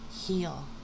heal